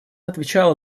отвечала